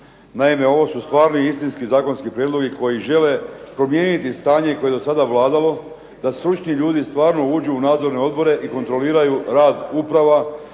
Naime, ovo su stvarni istinski zakonski prijedlozi koji žele promijeniti stanje koje je do sada vladalo, da stručni ljudi stvarno uđu u nadzorne odbore i kontroliraju rad uprava